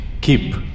keep